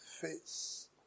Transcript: face